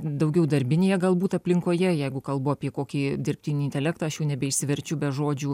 daugiau darbinėje galbūt aplinkoje jeigu kalbu apie kokį dirbtinį intelektą aš jau nebeišsiverčiu be žodžių